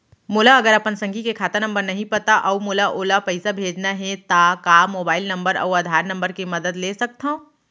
मोला अगर अपन संगी के खाता नंबर नहीं पता अऊ मोला ओला पइसा भेजना हे ता का मोबाईल नंबर अऊ आधार नंबर के मदद ले सकथव?